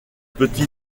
petit